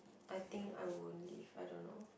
I think I won't leave I don't know